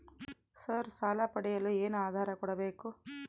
Sir ಸಾಲ ಪಡೆಯಲು ಏನು ಆಧಾರ ಕೋಡಬೇಕು?